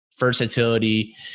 Versatility